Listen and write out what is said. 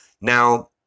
Now